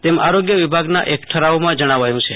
તેમ આરોગ્ય વિભાગના એક ઠરાવમાં જણાવ્યું છે